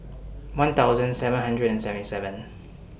one thousand seven hundred and seventy seven